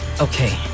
Okay